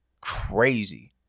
crazy